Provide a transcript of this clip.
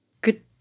Good